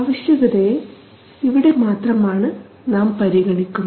ആവശ്യകതയെ ഇവിടെ മാത്രമാണ് നാം പരിഗണിക്കുന്നത്